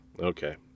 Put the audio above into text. Okay